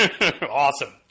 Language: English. Awesome